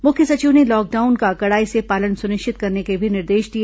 मुख्य सचिव ने लॉकडाउन का कड़ाई से पालन सुनिश्चित कराने के भी निर्देश दिए